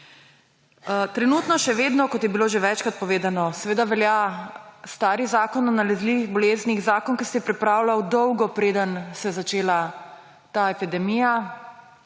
Trenutno še vedno, kot je bilo že večkrat povedno, velja stari zakon o nalezljivih boleznih, zakon ki se je pripravljal dolgo, preden se je začela ta epidemija,